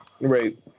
Right